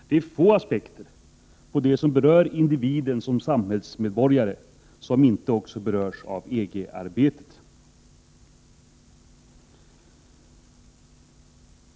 Det är få aspekter som berör individen som samhällsmedborgare som inte också berörs av EG-arbetet.